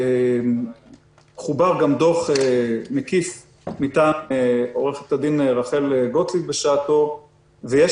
בשעתו חובר גם דוח מקיף מטעם עו"ד רחל גוטליב ויש